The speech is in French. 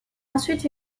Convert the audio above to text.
ensuite